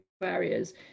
barriers